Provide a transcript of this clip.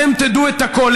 אתם תדעו את הכול.